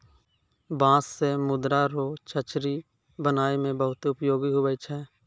बाँस से मुर्दा रो चचरी बनाय मे बहुत उपयोगी हुवै छै